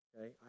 Okay